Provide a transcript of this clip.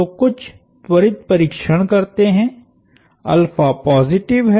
तो कुछ त्वरित परिक्षण करते है पॉजिटिव है